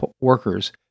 workers